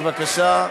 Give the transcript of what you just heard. בבקשה.